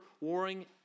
warring